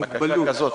רפואית.